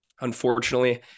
Unfortunately